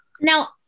Now